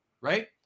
Right